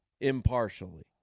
impartially